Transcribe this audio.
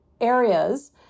areas